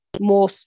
more